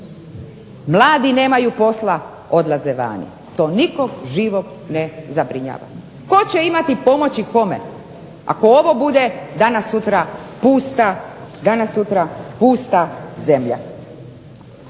Mladi nemaju posla, odlaze vani. To nikog živog ne zabrinjava. Tko će imati pomoći kome ako ovo bude danas sutra pusta zemlja.